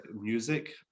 music